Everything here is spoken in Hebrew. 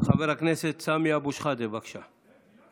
חבר הכנסת סמי אבו שחאדה, בבקשה.